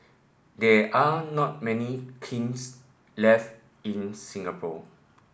there are not many kilns left in Singapore